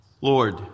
Lord